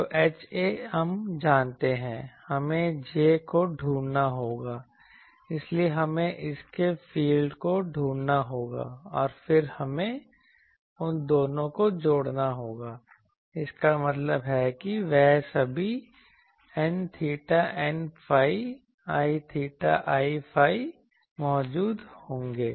तो Ha हम जानते हैं हमें J को ढूंढना होगा इसलिए हमें इसके फील्ड को ढूंढना होगा और फिर हमें उन दोनों को जोड़ना होगा इसका मतलब है कि वह सभी n theta n phi l theta l phi मौजूद होंगे